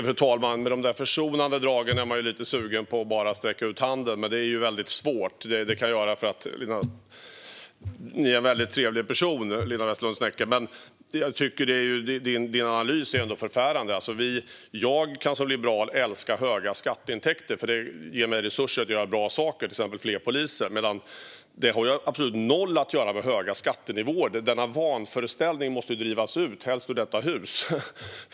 Fru talman! Med tanke på de där försonande dragen är man lite sugen på att bara sträcka ut handen, men det är väldigt svårt. Jag kan göra det för att Linda Westerlund Snecker är en väldigt trevlig person, men hennes analys är ändå förfärande. Jag kan som liberal älska höga skatteintäkter för att de ger mig resurser till att göra bra saker, till exempel satsa på fler poliser. Men det har absolut noll att göra med höga skattenivåer. Denna vanföreställning måste drivas ut, helst ur detta hus.